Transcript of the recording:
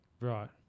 Right